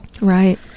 Right